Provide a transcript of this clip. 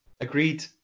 agreed